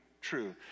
true